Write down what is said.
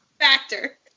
factor